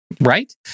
Right